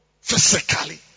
physically